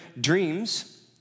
dreams